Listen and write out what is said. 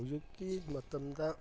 ꯍꯧꯖꯤꯛꯀꯤ ꯃꯇꯝꯗ